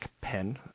pen